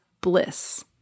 bliss